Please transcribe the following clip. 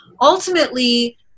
ultimately